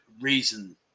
reason